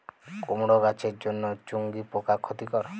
কুমড়ো গাছের জন্য চুঙ্গি পোকা ক্ষতিকর?